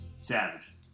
Savage